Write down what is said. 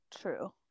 True